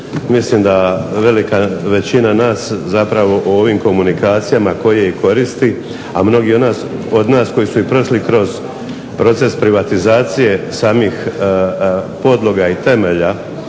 mislim da velika većina nas ovim komunikacijama koje koristi, a mnogi od nas koji su prošli kroz proces privatizacije samih podloga i temelja,